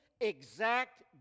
exact